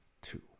two